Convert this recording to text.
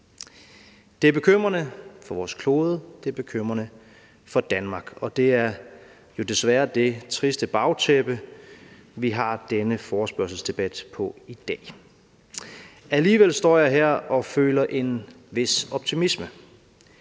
Det er bekymrende for vores klode, og det er bekymrende for Danmark, og det er jo desværre er det triste bagtæppe, vi har denne forespørgselsdebat på i dag. Alligevel står jeg her og føler en vis optimisme